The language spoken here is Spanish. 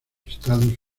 estados